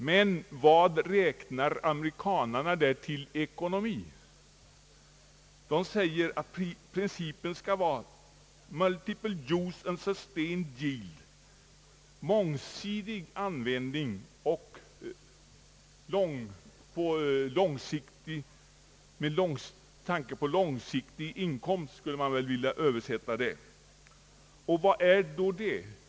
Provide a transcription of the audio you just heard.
Men vad räknar amerikanarna där till ekonomi? De säger att principen skall vara Multiple Use and Sustained Yield; mångsidig användning med tanke på långsiktig inkomst, skulle man väl vilja översätta det. Vad är då det?